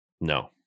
No